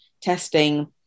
testing